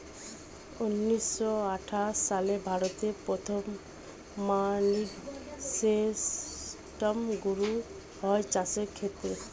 ঊন্নিশো আটাশ সালে ভারতে প্রথম মান্ডি সিস্টেম শুরু হয় চাষের ক্ষেত্রে